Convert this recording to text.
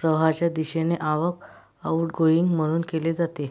प्रवाहाच्या दिशेने आवक, आउटगोइंग म्हणून केले जाते